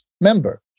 member